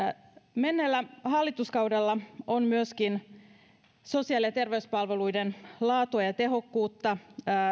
menneellä hallituskaudella on myöskin sosiaali ja terveyspalveluiden laatua ja tehokkuutta